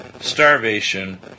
starvation